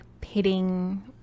pitting